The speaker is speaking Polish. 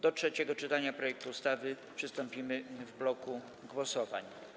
Do trzeciego czytania projektu ustawy przystąpimy w bloku głosowań.